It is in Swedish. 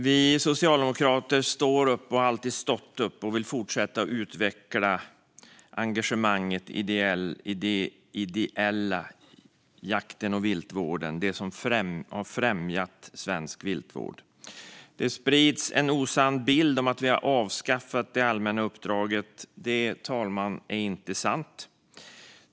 Vi socialdemokrater står och har alltid stått upp för och vill fortsätta att utveckla engagemanget i den ideella jakten och viltvården - det som har främjat svensk viltvård. Det sprids en osann bild av att vi har avskaffat det allmänna uppdraget. Det är inte sant, fru talman.